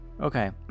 Okay